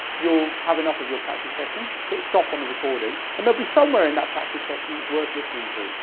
you'll have enough of your practise session. hit stop on the recording and there'll be somewhere in that practise session that's worth listening to.